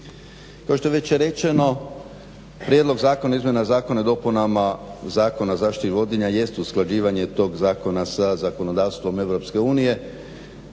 Kao što je rečeno prijedlog Zakona o izmjenama zakona i dopunama Zakona o zaštiti životinja jest usklađivanje tog zakona sa zakonodavstvom EU.